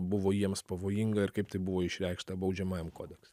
buvo jiems pavojinga ir kaip tai buvo išreikšta baudžiamajam kodekse